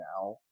now